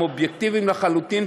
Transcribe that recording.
הם אובייקטיביים לכל דבר,